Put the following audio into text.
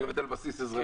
אני עובד על בסיס אזרחי.